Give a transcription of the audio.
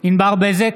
ענבר בזק,